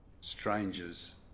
strangers